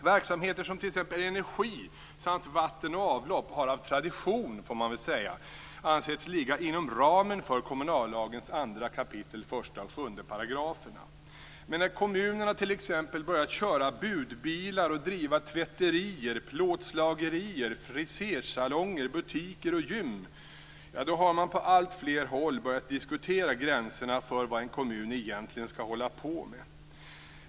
Verksamheter som t.ex. energi samt vatten och avlopp har av tradition, får man väl säga, ansetts ligga inom ramen för kommunallagens 2 kap. 1 och 7 §§. Men när kommunerna t.ex. börjat köra budbilar och driva tvätterier, plåtslagerier, frisersalonger, butiker och gym, då har man på alltfler håll börjat diskutera gränserna för vad en kommun egentligen skall hålla på med.